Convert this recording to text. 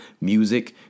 music